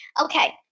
Okay